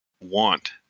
want